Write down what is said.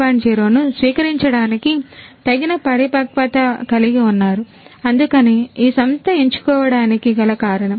0 ను స్వీకరించడానికి తగిన పరిపక్వత కలిగి ఉన్నారు అందుకనే ఈ సంస్థ ఎంచుకోవడానికి గల కారణం